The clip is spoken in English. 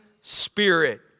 Spirit